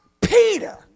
Peter